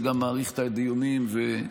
זה גם מאריך את הדיונים וזה